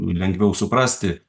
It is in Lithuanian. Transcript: lengviau suprasti